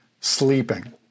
sleeping